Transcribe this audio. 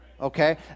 Okay